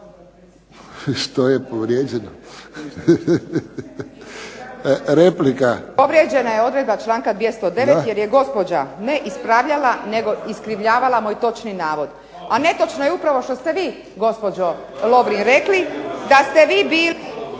Marinović, Ingrid (SDP)** Povrijeđena je odredba članka 209. jer je gospođa ne ispravljala nego iskrivljavala moj točno navod. A netočno je upravo što ste vi gospođo Lovrin rekli da ste vi